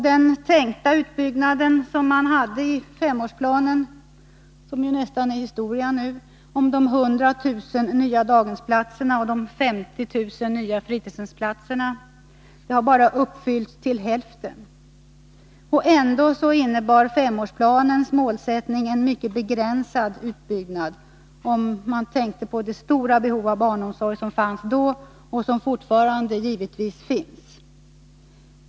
Den tänkta utbyggnaden i femårsplanen, som nu är nästan historisk — 100 000 nya daghemsplatser och 50 000 nya fritidshemsplatser — har bara genomförts till hälften. Ändå innebar femårsplanens målsättning en mycket begränsad utbyggnad med tanke på det stora behov av barnomsorg som då fanns och som givetvis fortfarande finns.